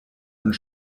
und